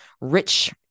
rich